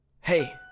Hey